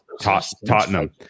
Tottenham